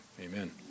amen